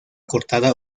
cortada